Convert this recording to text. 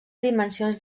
dimensions